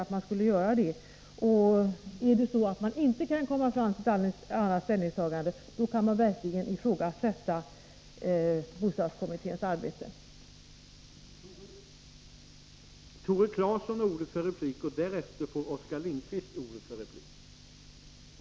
Om det inte vore möjligt att komma fram till ett annat ställningstagande, skulle emellertid bostadskommitténs arbete verkligen kunna ifrågasättas.